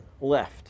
left